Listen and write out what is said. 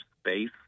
space